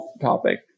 topic